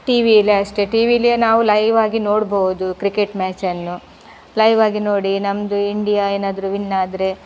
ಟಿವಿಲೂ ಅಷ್ಟೇ ಟಿವಿಲಿ ನಾವು ಲೈವಾಗಿ ನೋಡ್ಬೋದು ಕ್ರಿಕೆಟ್ ಮ್ಯಾಚನ್ನು ಲೈವಾಗಿ ನೋಡಿ ನಮ್ಮದು ಇಂಡಿಯಾ ಏನಾದರೂ ವಿನ್ನಾದರೆ